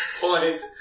point